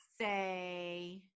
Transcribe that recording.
say